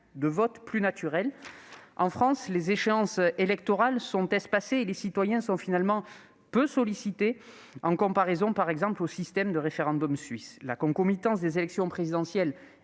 de vote plus naturel. En France, les échéances électorales sont espacées et les citoyens sont finalement peu sollicités en comparaison, par exemple, avec le système suisse et ses référendums. La proximité des élections présidentielle